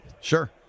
Sure